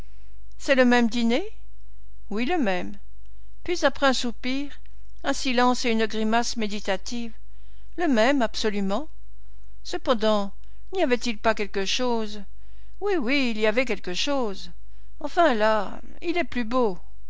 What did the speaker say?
c'est le même dîner oui le même puis après un soupir un silence et une grimace méditative le même absolument cependant n'y avait-il pas quelque chose oui oui il y avait quelque chose enfin là il est plus beau